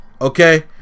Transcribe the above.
Okay